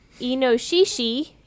inoshishi